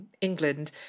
England